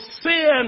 sin